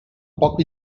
poc